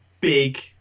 big